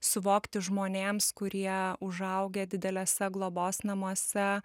suvokti žmonėms kurie užaugę dideliuose globos namuose